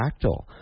fractal